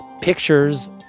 pictures